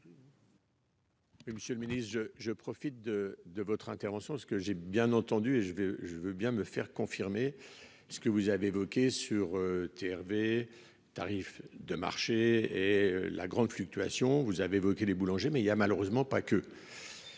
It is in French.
Monsieur le Ministre, je, je profite de, de votre intervention. Ce que j'ai bien entendu et je veux je veux bien me faire confirmer ce que vous avez évoqués sur TRV tarifs de marché et la grande fluctuation, vous avez évoqué les boulangers mais il y a malheureusement pas que.